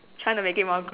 trying to make it more grus~